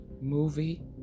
movie